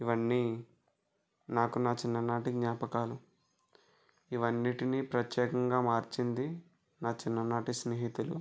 ఇవన్నీ నాకు నా చిన్ననాటి జ్ఞాపకాలు ఇవన్నింటిని ప్రత్యేకంగా మార్చింది నా చిన్ననాటి స్నేహితులు